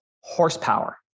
horsepower